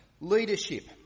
Leadership